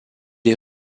est